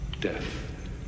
death